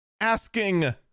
asking